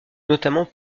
notamment